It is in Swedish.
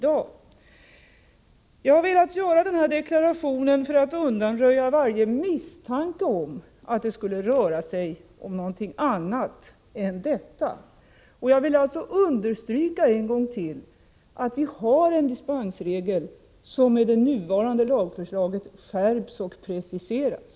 Jag har velat göra denna deklaration för att undanröja varje misstanke om att det skulle röra sig om någonting annat än detta. Jag vill än en gång understryka att vi har en dispensregel som med det nuvarande lagförslaget skärps och preciseras.